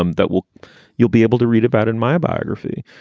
um that will you'll be able to read about in my biography.